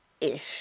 ish